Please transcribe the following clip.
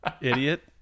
idiot